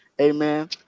Amen